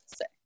say